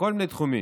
בכל מיני תחומים: